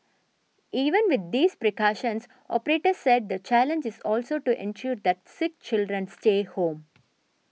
even with these precautions operators said the challenge is also to ensure that sick children stay home